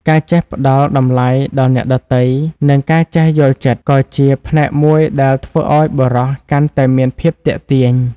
ការចេះផ្តល់តម្លៃដល់អ្នកដទៃ និងការចេះយល់ចិត្ត ក៏ជាផ្នែកមួយដែលធ្វើឲ្យបុរសកាន់តែមានភាពទាក់ទាញ។